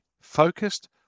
focused